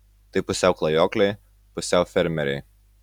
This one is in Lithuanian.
tai pusiau klajokliai pusiau fermeriai